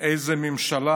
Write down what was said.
איזו מממשלה,